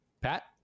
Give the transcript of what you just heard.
Pat